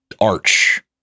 arch